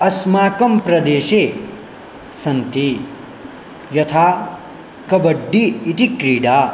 अस्माकं प्रदेशे सन्ति यथा कबड्डि इति क्रीडा